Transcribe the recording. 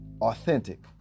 authentic